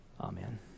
Amen